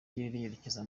yerekeza